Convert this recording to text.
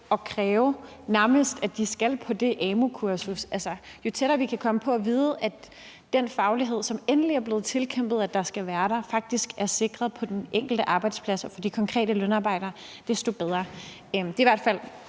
at kræve, at de skal på det amu-kursus, jo tættere vi kan komme på at vide, at den faglighed, som vi endelig har fået tilkæmpet os skal være der, faktisk er sikret på den enkelte arbejdsplads og for de konkrete lønarbejdere, desto bedre. Det er i hvert fald